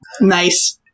Nice